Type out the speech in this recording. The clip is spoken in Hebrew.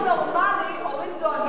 במקומות נורמליים, הורים דואגים לילדים.